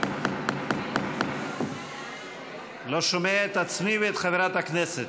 אני לא שומע את עצמי ואת חברת הכנסת.